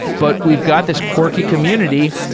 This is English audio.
but we've got this quirky community.